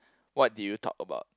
what did you talk about